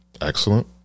Excellent